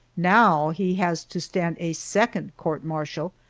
now he has to stand a second court-martial,